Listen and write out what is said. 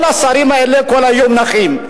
כל השרים האלה כל היום נחים.